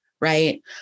Right